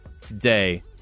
today